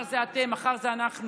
מחר זה אתם, מחר זה אנחנו.